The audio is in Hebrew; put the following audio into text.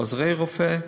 עוזרי רופא,